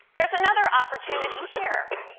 there is another opportunity here.